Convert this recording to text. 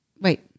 Wait